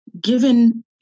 given